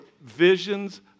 visions